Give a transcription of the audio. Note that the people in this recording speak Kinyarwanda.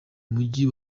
umujyi